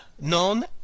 non